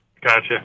Gotcha